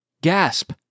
Gasp